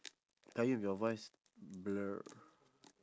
qayyum your voice blur